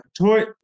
toy